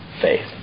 faith